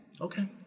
Okay